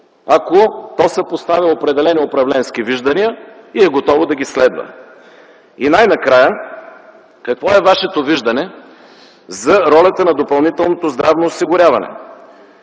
ако то съпоставя определени управленски виждания и е готово да ги следва. И най-накрая, какво е Вашето виждане за ролята на допълнителното здравно осигуряване